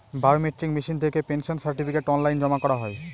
biometric machine থেকে pension certificate online জমা করা হয়